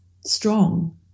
strong